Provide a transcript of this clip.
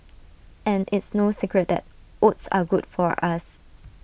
and it's no secret that oats are good for us